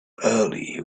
early